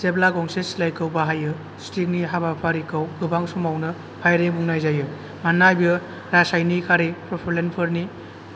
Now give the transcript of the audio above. जेब्ला गंसे सिलायखौ बाहायो शुटिं नि हाबाफारिखौ गोबां समावनो फायरिंग बुंनाय जायो मानोना बेयो रासायनिकारि प्रपेलेनत फोरनि